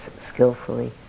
skillfully